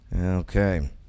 Okay